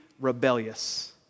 rebellious